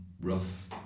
rough